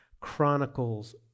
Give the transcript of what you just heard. Chronicles